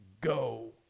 Go